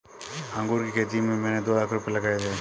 अंगूर की खेती में मैंने दो लाख रुपए लगाए थे